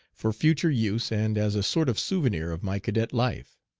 for future use and as a sort of souvenir of my cadet life.